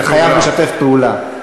של חייב משתף פעולה.